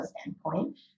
standpoint